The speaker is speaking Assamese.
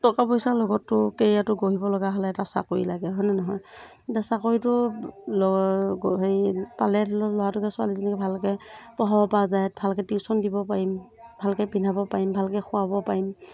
টকা পইচাৰ লগতো কেৰিয়াৰটো গঢ়িব লগা হ'লে এটা চাকৰি লাগে হয় নে নহয় এতিয়া চাকৰিটো লগ হেৰি পালে ধৰি লওক ল'ৰাটোকে ছোৱালীজনীকে ভালকৈ পঢ়াব পৰা যায় ভালকৈ টিউশ্যন দিব পাৰিম ভালকৈ পিন্ধাব পাৰিম ভালকৈ খোৱাব পাৰিম